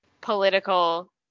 political